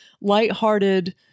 lighthearted